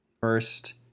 first